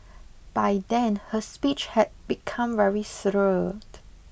by then her speech had become very slurred